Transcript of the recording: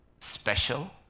special